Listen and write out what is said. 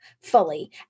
fully